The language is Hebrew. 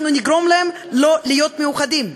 אנחנו נגרום להם לא להיות מאוחדים.